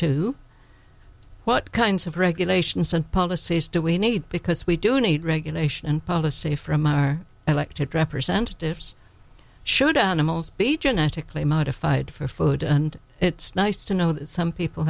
too what kinds of regulations and policies do we need because we do need regulation and policy from our elected representatives should animals be genetically modified for food and it's nice to know that some people